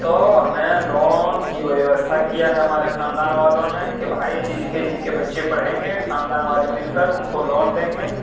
تو ہمیں لون کی ویوستھا کیا ہے ہمارے خاندان والوں نے کہ بھائی جن کے جن کے بچے پڑھیں گے خاندان والے مل کر ان کو لون دیں گے